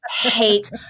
hate